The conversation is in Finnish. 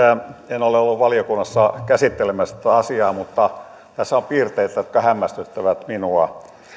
en ole ollut valiokunnassa käsittelemässä tätä asiaa mutta tässä on piirteitä jotka hämmästyttävät minua